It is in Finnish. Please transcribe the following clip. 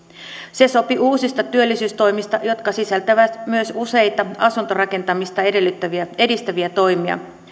se sopi uusista työllisyystoimista jotka sisältävät myös useita asuntorakentamista edistäviä toimia